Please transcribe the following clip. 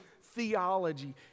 theology